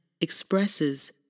expresses